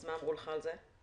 מה אמרו לך על זה?